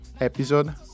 episode